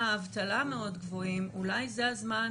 האם זה מספק?